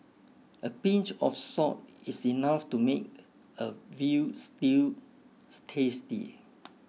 a pinch of salt is enough to make a veal stew tasty